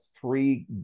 three